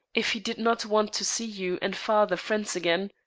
if he did not want to see you and father friends again?